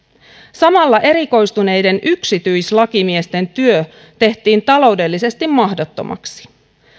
samalla erikoistuneiden yksityislakimiesten työ tehtiin taloudellisesti mahdottomaksi